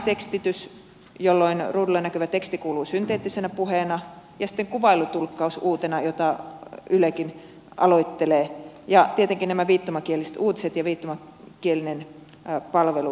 äänitekstitys jolloin ruudulla näkyvä teksti kuuluu synteettisenä puheena ja sitten uutena kuvailutulkkaus jota ylekin aloittelee ja tietenkin nämä viittomakieliset uutiset ja viittomakielinen palvelu muuten